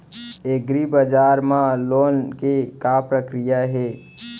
एग्रीबजार मा लोन के का प्रक्रिया हे?